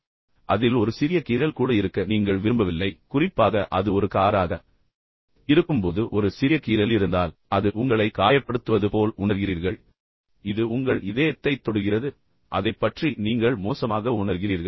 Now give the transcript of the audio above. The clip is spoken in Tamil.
எனவே அதில் ஒரு சிறிய கீறல் கூட இருக்க நீங்கள் விரும்பவில்லை குறிப்பாக அது ஒரு காராக இருக்கும்போது ஒரு சிறிய கீறல் இருந்தால் அது உங்களை காயப்படுத்துவது போல் உணர்கிறீர்கள் இது உங்கள் இதயத்தைத் தொடுகிறது அதைப் பற்றி நீங்கள் மிகவும் மோசமாக உணர்கிறீர்கள்